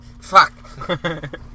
Fuck